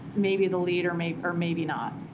maybe the lead or maybe or maybe not.